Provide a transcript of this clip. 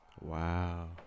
Wow